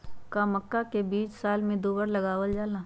का मक्का के बीज साल में दो बार लगावल जला?